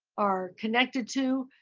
are connected to.